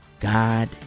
God